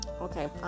Okay